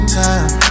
time